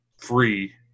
free